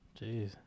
Jeez